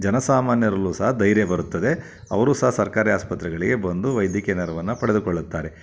ಜನ ಸಾಮಾನ್ಯರಲ್ಲೂ ಸಹ ಧೈರ್ಯ ಬರುತ್ತದೆ ಅವರೂ ಸಹ ಸರ್ಕಾರಿ ಆಸ್ಪತ್ರೆಗಳಿಗೆ ಬಂದು ವೈದ್ಯಕೀಯ ನೆರ್ವನ್ನು ಪಡೆದುಕೊಳ್ಳುತ್ತಾರೆ